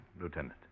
Lieutenant